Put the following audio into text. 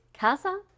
Casa